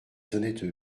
honnêtes